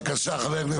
בבקשה, חבר הכנסת כהנא.